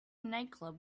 nightclub